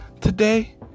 Today